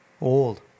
old